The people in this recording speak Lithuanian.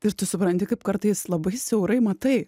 ir tu supranti kaip kartais labai siaurai matai